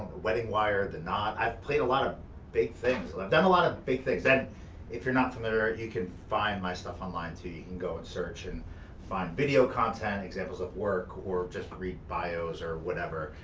weddingwire, the knot. i've played a lot of big things, i've done a lot of big things. and if you're not familiar you can find my stuff online too. you can go and search and find video content, examples of work, or just read bios, or whatever.